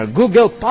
Google